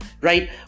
right